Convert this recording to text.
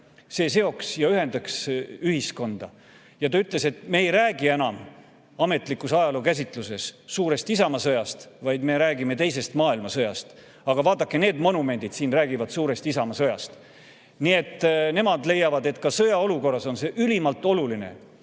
See seoks ja ühendaks ühiskonda. Ja ta ütles, et me ei räägi enam ametlikus ajalookäsitluses suurest isamaasõjast, vaid me räägime teisest maailmasõjast. Aga vaadake, need monumendid siin räägivad suurest isamaasõjast. Nii et nemad leiavad, et ka sõjaolukorras on see ülimalt oluline